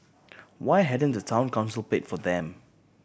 why hadn't the Town Council paid for them